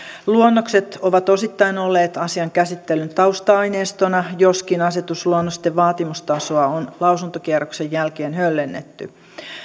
luonnokset ovat osittain olleet asian käsittelyn tausta aineistona joskin asetusluonnosten vaatimustasoa on lausuntokierroksen jälkeen höllennetty